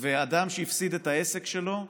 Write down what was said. ואדם שהפסיד את העסק שלו,